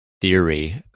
theory